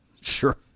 sure